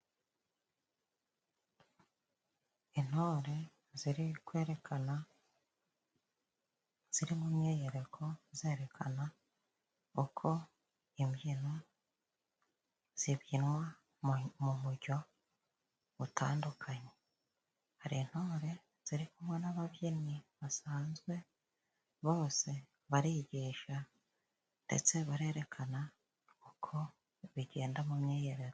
Intore ziri kwerekana ziri mu myiyereko zerekana uko imbyino zibyinwa mu buryo butandukanye. Hari intore ziri kumwe n'ababyinnyi basanzwe, bose barigisha ndetse barerekana uko bigenda mu myiyereko.